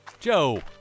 Joe